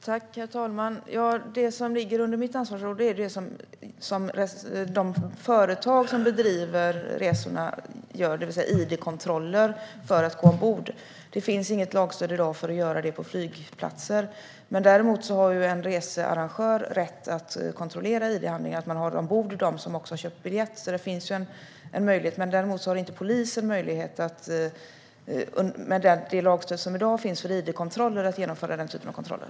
Herr talman! Ja, det som ligger under mitt ansvarsområde är det som de företag som utför resorna gör, det vill säga id-kontroller vid ombordstigning. Det finns inget lagstöd i dag för att göra detta på flygplatser. Däremot har en researrangör rätt att kontrollera id-handlingar och att man tar ombord dem som har köpt biljetter. Det finns alltså en sådan möjlighet. Däremot har inte polisen möjlighet med det lagstöd som i dag finns för id-kontroller att genomföra den typen av kontroller.